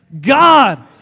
God